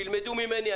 שילמדו ממני,